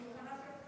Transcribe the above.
אני מוכנה להתייחס